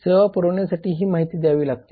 सेवा पुरवण्यासाठी ही माहिती द्यावी लागते